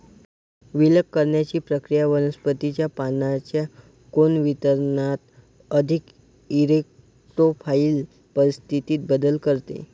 विलग करण्याची प्रक्रिया वनस्पतीच्या पानांच्या कोन वितरणात अधिक इरेक्टोफाइल परिस्थितीत बदल करते